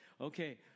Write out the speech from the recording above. Okay